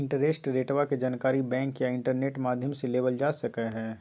interest रेटवा के जानकारी बैंक या इंटरनेट माध्यम से लेबल जा सका हई